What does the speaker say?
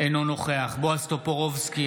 אינו נוכח בועז טופורובסקי,